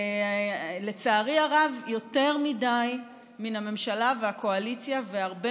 לצערי הרב יותר מדי מן הממשלה והקואליציה והרבה